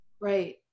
right